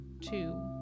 two